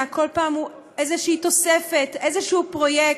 כל פעם איזושהי תוספת לאיזשהו פרויקט,